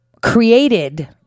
created